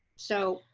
so,